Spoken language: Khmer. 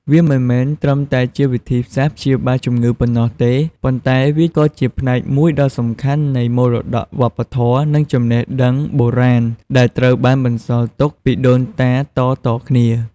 វាមិនមែនត្រឹមតែជាវិធីសាស្ត្រព្យាបាលជំងឺប៉ុណ្ណោះទេ ប៉ុន្តែក៏ជាផ្នែកមួយដ៏សំខាន់នៃ មរតកវប្បធម៌ និងចំណេះដឹងបុរាណ ដែលត្រូវបានបន្សល់ទុកពីដូនតាតៗគ្នា។